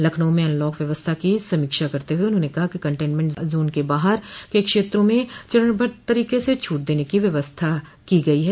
लखनऊ में अनलॉक व्यवस्था की समीक्षा करते हुए उन्होंने कहा कि कन्टेनमेंट जोन के बाहर के क्षेत्रों में चरणबद्व तरीके से छूट देने की व्यवस्था की गई है